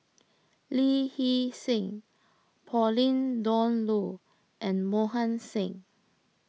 Lee Hee Seng Pauline Dawn Loh and Mohan Singh